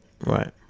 right